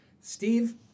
Steve